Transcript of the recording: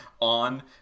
on